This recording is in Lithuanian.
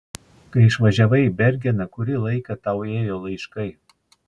kai išvažiavai į bergeną kurį laiką tau ėjo laiškai